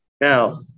Now